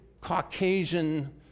Caucasian